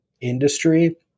industry